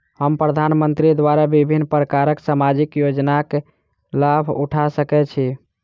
हम प्रधानमंत्री द्वारा विभिन्न प्रकारक सामाजिक योजनाक लाभ उठा सकै छी?